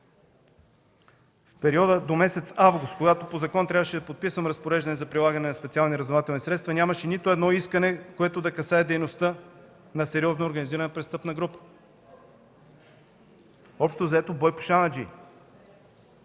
В периода до месец август, когато по закон трябваше да подписвам разпореждане за прилагане на специални разузнавателни средства, нямаше нито едно искане, което да касае дейността на сериозна организирана престъпна група. Общо взето, бой по шанаджии.